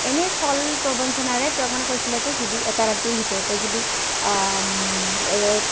এনেই চল প্ৰবঞ্চনাৰে তেওঁক মানে কৈছিলে যে যদি এটা ৰাতিৰ ভিতৰতে যদি